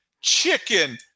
chicken